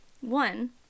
One